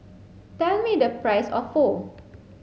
tell me the price of Pho